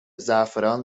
زعفران